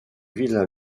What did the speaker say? villa